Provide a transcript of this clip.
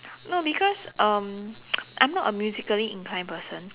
no because um I'm not a musically inclined person